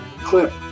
clip